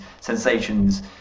sensations